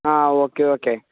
ആ okay okay